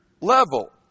level